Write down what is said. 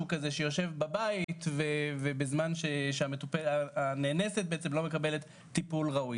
כזה שיושב בבית ובזמן שהנאנסת בעצם לא מקבלת טיפול ראוי",